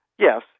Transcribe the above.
Yes